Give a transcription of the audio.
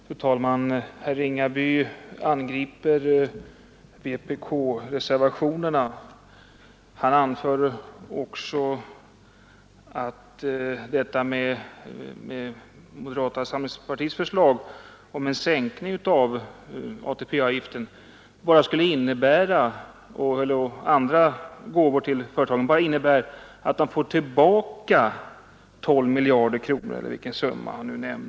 Fru talman! Herr Ringaby angriper vpk-reservationerna. Han säger också att moderata samlingspartiets förslag om en sänkning av ATP-avgiften och andra gåvor till företagen bara skulle innebära att företagen får tillbaka 12 miljarder kronor eller vad det var.